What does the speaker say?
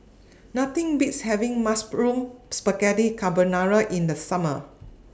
Nothing Beats having Mushroom Spaghetti Carbonara in The Summer